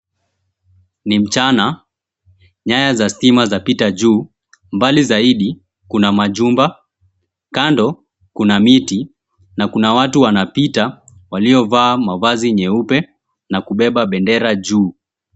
Ni mchana, nyaya za stima zapita juu. Mbali zaidi kuna majumba, kando kuna miti na kuna watu wanapita waliovaa mavazi nyeupe na kubeba bendera juu.